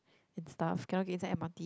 and stuff cannot get inside M_R_T